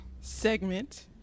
segment